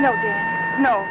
no no